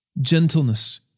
gentleness